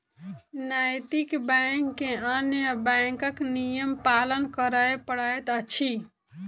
नैतिक बैंक के अन्य बैंकक नियम पालन करय पड़ैत अछि